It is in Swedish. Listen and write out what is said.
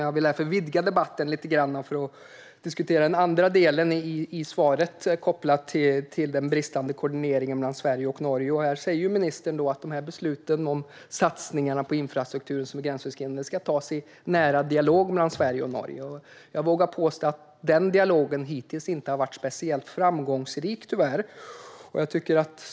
Jag vill därför vidga debatten något genom att ta upp den andra delen i svaret kopplat till den bristande koordineringen mellan Sverige och Norge. Ministern säger att satsningarna på infrastruktur som är gränsöverskridande ska beslutas i nära dialog mellan Sverige och Norge. Jag vågar påstå att den dialogen hittills tyvärr inte har varit speciellt framgångsrik.